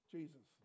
Jesus